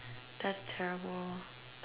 that's terrible